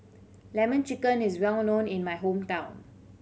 Lemon Chicken is well known in my hometown